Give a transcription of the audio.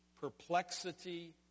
perplexity